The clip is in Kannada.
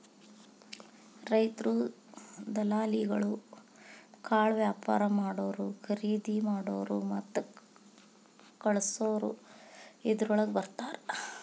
ರೈತ್ರು, ದಲಾಲಿಗಳು, ಕಾಳವ್ಯಾಪಾರಾ ಮಾಡಾವ್ರು, ಕರಿದಿಮಾಡಾವ್ರು ಮತ್ತ ಕಳಸಾವ್ರು ಇದ್ರೋಳಗ ಬರ್ತಾರ